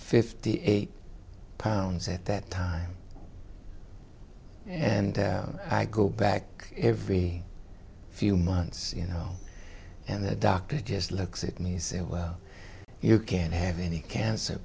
fifty eight pounds at that time and i go back every few months you know and the doctor just looks at me saying well you can't have any cancer